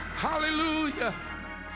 Hallelujah